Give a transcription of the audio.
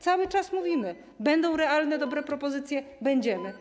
Cały czas mówimy: będą realne, dobre propozycje, będziemy.